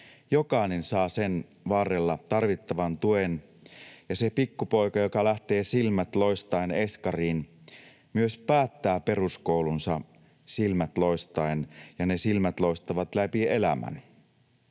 jokainen saa sen varrella tarvittavan tuen ja se pikkupoika, joka lähtee silmät loistaen eskariin, myös päättää peruskoulunsa silmät loistaen ja ne silmät loistavat läpi elämän.